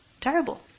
Terrible